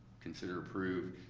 consider, approve.